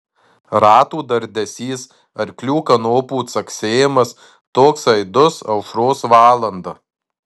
ratų dardesys arklių kanopų caksėjimas toks aidus aušros valandą